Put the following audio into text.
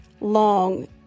long